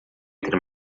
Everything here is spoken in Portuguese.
entre